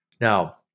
Now